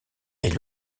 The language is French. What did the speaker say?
est